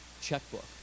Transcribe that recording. checkbook